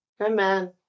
Amen